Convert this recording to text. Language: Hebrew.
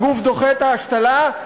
הגוף דוחה את ההשתלה.